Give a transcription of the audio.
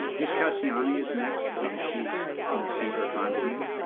ms. casciani is next and she is going to cede her time to me.